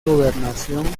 gobernación